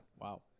Wow